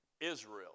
Israel